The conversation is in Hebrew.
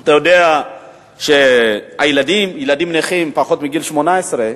אתה יודע שילדים נכים, פחות מגיל 18,